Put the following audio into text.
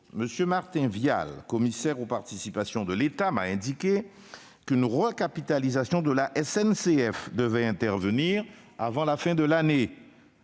M. Martin Vial, commissaire aux participations de l'État, m'a indiqué qu'une recapitalisation de la SNCF devait intervenir avant la fin de l'année,